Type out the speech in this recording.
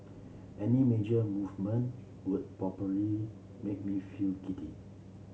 any major movement would probably make me feel giddy